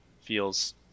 feels